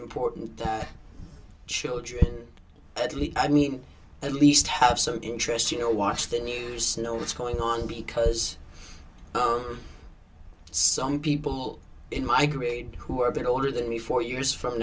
important that children at least i mean at least have some interest you know watch the news to know what's going on because some people in my grade who are a bit older than me four years from